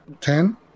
ten